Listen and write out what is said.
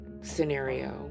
scenario